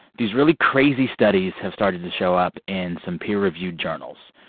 these really crazy studies have started to show up in some peer-reviewed journals.